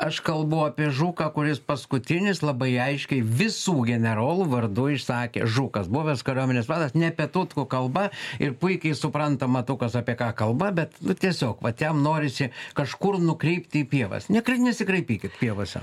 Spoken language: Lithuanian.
aš kalbu apie žuką kuris paskutinis labai aiškiai visų generolų vardu išsakė žukas buvęs kariuomenės vadas ne apie tutkų kalba ir puikiai supranta matukas apie ką kalba bet tiesiog vat jam norisi kažkur nukrypti į pievas nekrai nesikraipykit pievose